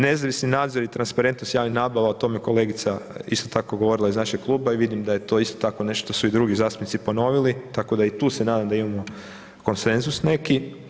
Nezavisni nadzor transparentnost javnih nabave o tome je kolegica isto tako govorila iz naše kluba i vidim da je to isto tako nešto su drugi zastupnici ponovili, tako da i tu se nadam da imamo konsenzus neki.